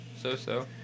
so-so